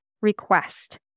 request